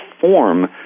form